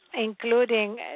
including